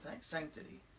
sanctity